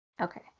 Okay